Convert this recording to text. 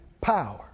power